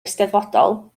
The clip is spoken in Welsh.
eisteddfodol